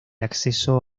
acceso